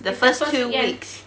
the first few weeks